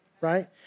right